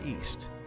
East